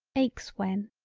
aches when.